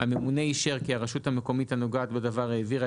הממונה אישר כי הרשות המקומית הנוגעת בדבר העבירה